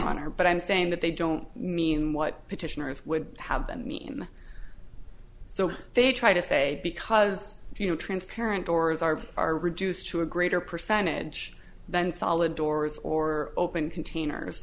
honor but i'm saying that they don't mean what petitioners would have been mean so they try to say because if you know transparent doors are are reduced to a greater percentage than solid doors or open containers